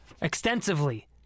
Extensively